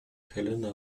heleny